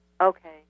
Okay